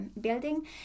building